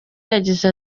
yagize